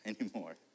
anymore